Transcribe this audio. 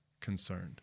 concerned